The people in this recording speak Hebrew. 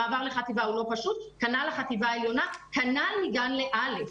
המעבר לחטיבה הוא לא פשוט וכך גם לחטיבה העליונה וגם מגן לכיתה א'.